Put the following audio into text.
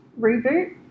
Reboot